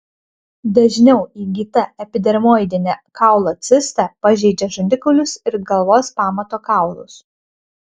dažniau įgyta epidermoidinė kaulo cista pažeidžia žandikaulius ir galvos pamato kaulus